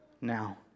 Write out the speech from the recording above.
now